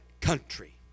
country